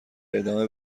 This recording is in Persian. ادامه